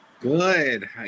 Good